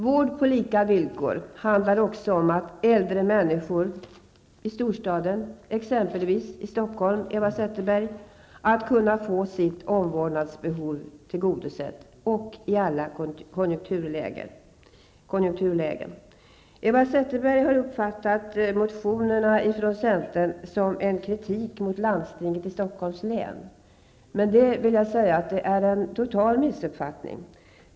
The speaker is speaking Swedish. Vård på lika villkor handlar också om att äldre människor i storstäder, t.ex i Stockholm, skall kunna få sitt omvårdnadsvehov tillgodosett i alla konjunkturlägen. Eva Zetterberg har uppfattat centerns motioner som en kritik mot landstinget i Stockholms län. Det är en total missuppfattning.